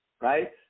Right